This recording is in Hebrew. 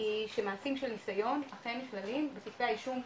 שמעשים של ניסיון אכן נכללים בכתבי האישום.